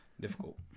difficult